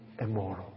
immoral